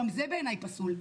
גם זה בעיניי פסול.